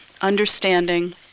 understanding